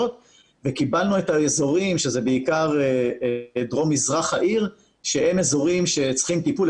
וקיבלנו את האזורים שזה בעיקר דרום-מזרח העיר שהם אזורים שצריכים טיפול.